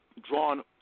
drawn